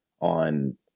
on